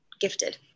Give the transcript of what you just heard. gifted